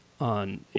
on